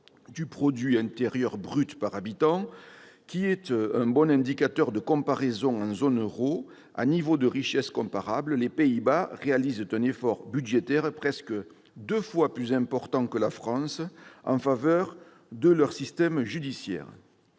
du produit intérieur brut par habitant, qui est un bon indicateur de comparaison en zone euro, à niveau de richesse comparable, les Pays-Bas réalisent un effort budgétaire presque deux fois plus important que la France en faveur de leur système judiciaire.